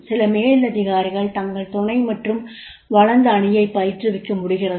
சில மேலதிகாரிகள் தங்கள் துணை மற்றும் வளர்ந்த அணியைப் பயிற்றுவிக்க முடிகிறது